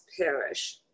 perish